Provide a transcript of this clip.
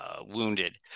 wounded